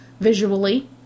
visually